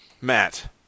Matt